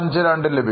52 ലഭിക്കും